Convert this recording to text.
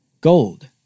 Gold